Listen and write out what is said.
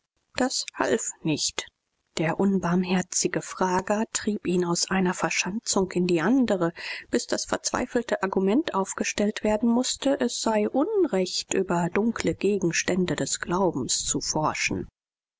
das half nicht der unbarmherzige frager trieb ihn aus einer verschanzung in die andre bis das verzweifelte argument aufgestellt werden mußte es sei unrecht über dunkle gegenstände des glaubens zu forschen